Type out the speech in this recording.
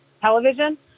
television